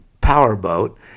powerboat